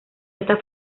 está